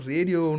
Radio